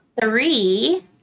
three